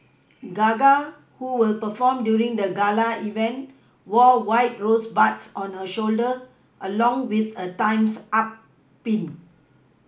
Gaga who will perform during the gala event wore white rosebuds on her shoulder along with a Time's up Pin